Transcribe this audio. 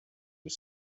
was